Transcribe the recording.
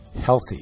healthy